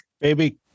baby